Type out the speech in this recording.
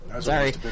Sorry